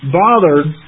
bothered